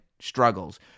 struggles